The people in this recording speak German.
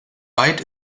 weit